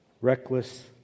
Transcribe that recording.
Reckless